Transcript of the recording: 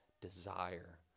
desire